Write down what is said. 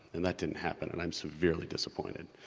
and that didn't happen and i am severely disappointed.